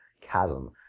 chasm